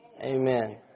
Amen